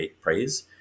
Praise